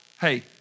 hey